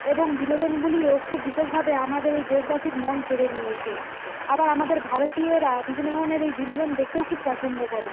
এবং বিনোদনগুলিও খুব বিশেষভাবে আমাদের এই দেশবাসীর মন কেড়ে নিয়েছে আবার আমাদের ভারতীয়রা বিভিন্ন ধরনের এই বিনোদন দেখতেও খুব পছন্দ করে